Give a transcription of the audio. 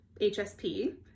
HSP